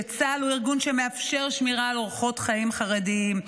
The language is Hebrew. שצה"ל הוא ארגון שמאפשר שמירה על אורחות חיים חרדיים,